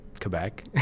Quebec